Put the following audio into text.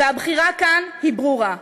והבחירה כאן היא ברורה.